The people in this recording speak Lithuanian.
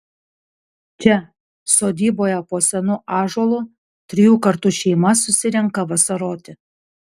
čia sodyboje po senu ąžuolu trijų kartų šeima susirenka vasaroti